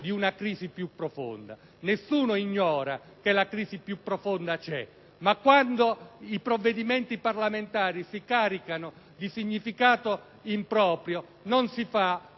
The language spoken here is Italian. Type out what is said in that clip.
di una crisi più profonda. Nessuno ignora che la crisi più profonda c'è, ma quando i provvedimenti parlamentari si caricano di un significato improprio, non si fa